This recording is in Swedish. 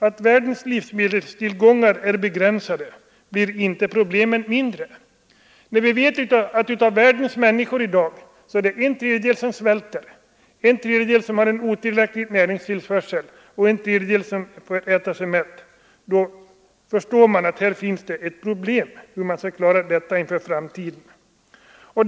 Att världens livsmedelstillgångar är begränsade gör inte problemen mindre. Av världens befolkning i dag svälter en tredjedel, en tredjedel får otillräcklig näringstillförsel, medan en tredjedel äter sig mätt. Man förstår då att här finns ett problem för framtiden.